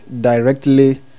directly